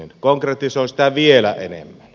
konkretisoin sitä vielä enemmän